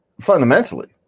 fundamentally